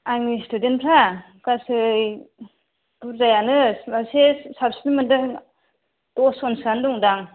आंनि स्टुडेन्टफ्रा गासै बुरजायानो इसे साबसिन मोनदों दस जन सोआनो दंदां